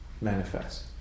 manifest